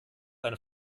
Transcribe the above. eine